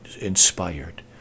inspired